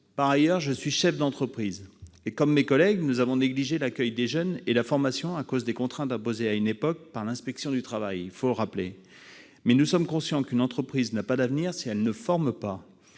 Par ailleurs, je suis chef d'entreprise. Comme mes collègues, nous avons négligé l'accueil des jeunes et la formation à cause des contraintes imposées par l'inspection du travail à une époque, il faut le rappeler. Mais nous sommes conscients qu'une entreprise n'a pas d'avenir si elle ne forme pas.